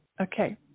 okay